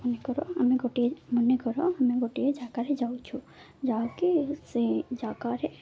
ମନେକର ଆମେ ଗୋଟିଏ ମନେକର ଆମେ ଗୋଟିଏ ଜାଗାରେ ଯାଉଛୁ ଯାହାକି ସେଇ ଜାଗାରେ